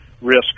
risk